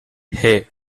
hey